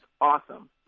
Awesome